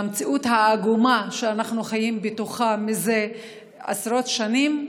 במציאות העגומה שאנחנו חיים בתוכה מזה עשרות השנים.